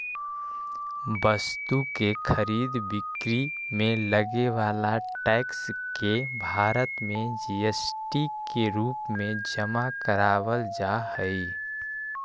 वस्तु के खरीद बिक्री में लगे वाला टैक्स के भारत में जी.एस.टी के रूप में जमा करावल जा हई